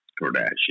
Kardashian